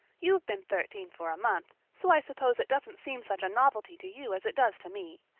you've been thirteen for a month, so i suppose it doesn't seem such a novelty to you as it does to me.